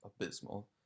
abysmal